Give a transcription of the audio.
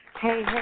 hey